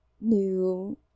new